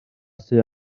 tua